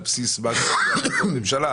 נעשו על בסיס החלטות ממשלה.